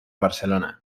barcelona